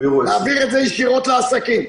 שיעבירו --- להעביר את זה ישירות לעסקים.